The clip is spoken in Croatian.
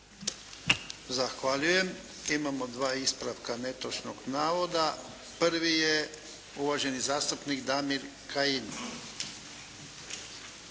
Zahvaljujem. Imamo dva ispravka netočnog navoda. Prvi je uvaženi zastupnik Damir Kajin.